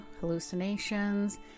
hallucinations